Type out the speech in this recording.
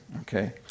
okay